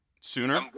Sooner